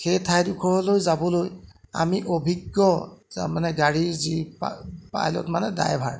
সেই ঠাইডোখৰলৈ যাবলৈ আমি অভিজ্ঞ তামানে গাড়ী যি পাইলট মানে ডাইভাৰ